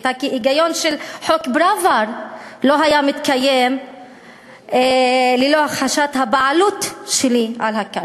ההיגיון של חוק פראוור לא היה מתקיים ללא הכחשת הבעלות שלי על הקרקע,